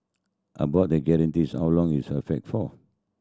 about the guarantees how long is for